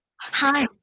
Hi